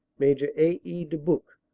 major a. e. dubuc,